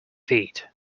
feet